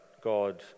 God